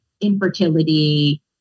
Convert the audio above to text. infertility